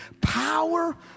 Power